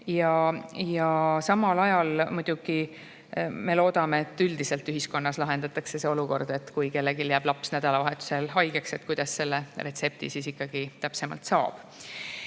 Ja samal ajal me muidugi loodame, et ühiskonnas üldiselt lahendatakse see olukord, et kui kellelgi jääb laps nädalavahetusel haigeks, kuidas selle retsepti siis ikkagi täpsemalt saab.